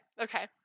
Okay